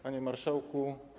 Panie Marszałku!